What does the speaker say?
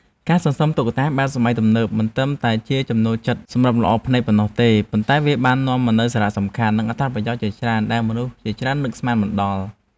ការសន្សំតុក្កតាបែបសម័យទំនើបមិនត្រឹមតែជាចំណូលចិត្តសម្រាប់លម្អភ្នែកប៉ុណ្ណោះទេ ប៉ុន្តែវាបាននាំមកនូវសារៈសំខាន់ និងអត្ថប្រយោជន៍ជាច្រើនដែលមនុស្សជាច្រើននឹកស្មានមិនដល់។